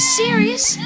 serious